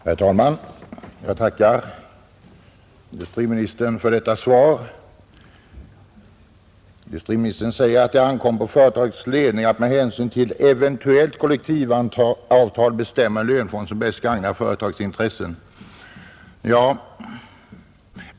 Herr talman! Jag tackar industriministern för detta svar. Industriministern säger att det ankommer på företagets ledning att med hänsyn till eventuellt kollektivavtal bestämma den löneform som bäst gagnar företagets intressen.